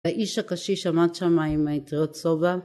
‫האיש הקשיש עמד שם ‫עם האטריות סובה.